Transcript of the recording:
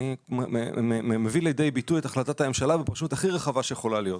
אני מביא לידי ביטוי את החלטת הממשלה בפרשנות הכי רחבה שיכולה להיות.